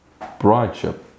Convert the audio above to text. brideship